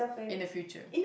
in the future